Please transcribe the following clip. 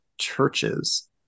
churches